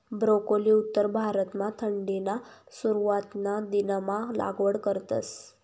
broccoli उत्तर भारतमा थंडीना सुरवातना दिनमा लागवड करतस